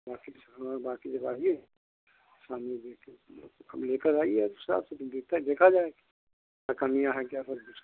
बाक़ी बाक़ी जगह आइए शाम मे लेकर आप लेकर आइए उस हिसाब से देखते हैं देखा जाएगा क्या कमियाँ हैं क्या प्राब्लम्स हैं